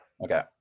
Okay